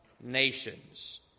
nations